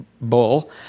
bull